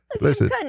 listen